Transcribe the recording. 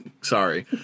Sorry